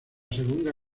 segunda